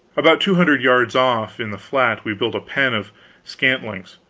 about two hundred yards off, in the flat, we built a pen of scantlings,